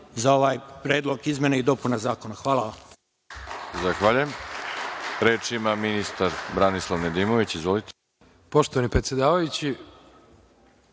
za ovaj predlog izmena i dopuna zakona. Hvala